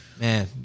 man